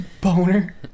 Boner